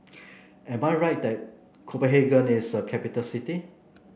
am I right that Copenhagen is a capital city